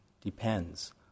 depends